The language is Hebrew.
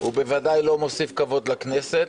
הוא בוודאי לא מוסיף כבוד לכנסת.